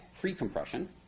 pre-compression